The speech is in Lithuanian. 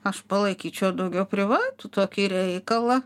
aš palaikyčiau daugiau privatų tokį reikalą